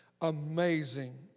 amazing